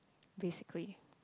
basically